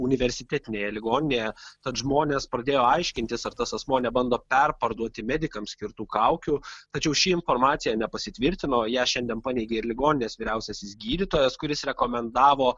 universitetinėje ligoninėje tad žmonės pradėjo aiškintis ar tas asmuo nebando perparduoti medikams skirtų kaukių tačiau ši informacija nepasitvirtino ją šiandien paneigė ir ligoninės vyriausiasis gydytojas kuris rekomendavo